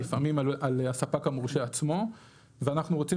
לפעמים על הספק המורשה עצמו ואנחנו רוצים